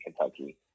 Kentucky